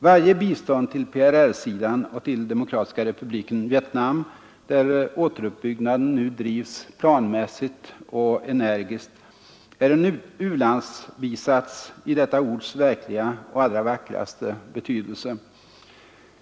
Varje bistånd till PRR-sidan och till Demokratiska republiken Vietnam, där återuppbyggnaden nu drivs planmässigt och energiskt, är ett u-landsbistånd i detta ords verkliga och allra vackraste betydelse.